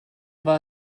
war